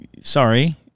sorry